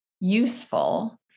useful